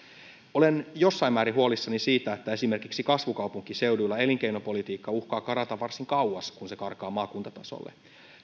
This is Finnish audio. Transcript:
olen jossain määrin huolissani siitä että esimerkiksi kasvukaupunkiseuduilla elinkeinopolitiikka uhkaa karata varsin kauas kun se karkaa maakuntatasolle